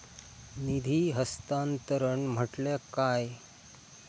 निधी हस्तांतरण म्हटल्या काय?